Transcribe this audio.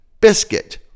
biscuit